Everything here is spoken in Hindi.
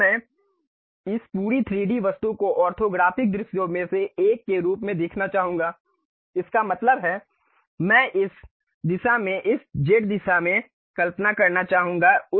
अब मैं इस पूरे 3D वस्तु को ऑर्थोग्राफ़िक दृश्यों में से एक के रूप में देखना चाहूंगा इसका मतलब है मैं इस दिशा में इस z दिशा में कल्पना करना चाहूंगा